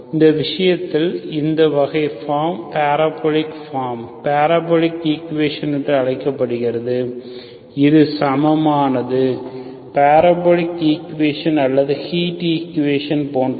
இந்த விஷயத்தில் இந்த வகையான form parabolic form parabolic equation என்று அழைக்கப்படுகிறது இது சமமானது பாரபோலிக் ஈக்குவேஷன் அல்லது ஹீட் ஈக்குவேஷன் போன்றது